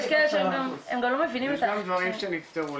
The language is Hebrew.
דברים שנפתרו.